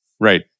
Right